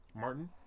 Martin